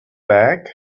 back